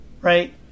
right